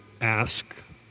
ask